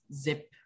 zip